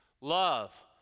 Love